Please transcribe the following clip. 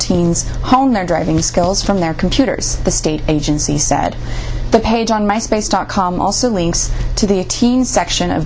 teens hone their driving skills from their computers the state agency said the page on my space dot com also links to the teen section of